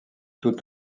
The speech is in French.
tout